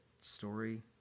story